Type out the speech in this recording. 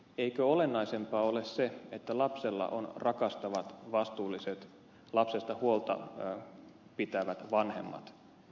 eikö olennaisempaa ole se että lapsella on rakastavat vastuulliset lapsesta huolta pitävät vanhemmat